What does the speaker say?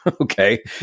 Okay